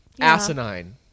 Asinine